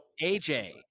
AJ